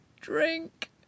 drink